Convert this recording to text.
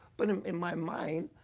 but um in my mind,